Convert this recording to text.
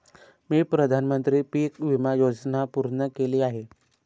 मी प्रधानमंत्री पीक विमा योजना पूर्ण केली आहे